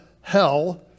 hell